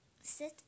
sit